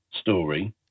story